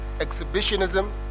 exhibitionism